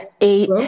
eight